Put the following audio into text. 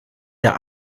der